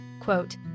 quote